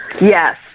Yes